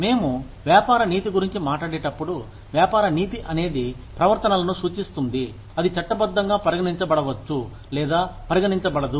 మేము వ్యాపార నీతి గురించి మాట్లాడేటప్పుడు వ్యాపార నీతి అనేది ప్రవర్తనలను సూచిస్తుంది అది చట్టబద్ధంగా పరిగణించబడవచ్చు లేదా పరిగణించబడదు